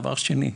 דבר שני,